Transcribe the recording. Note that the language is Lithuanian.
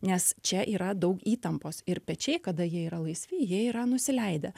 nes čia yra daug įtampos ir pečiai kada jie yra laisvi jie yra nusileidę